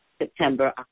September